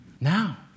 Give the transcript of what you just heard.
Now